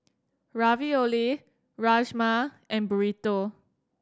Ravioli Rajma and Burrito